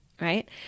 right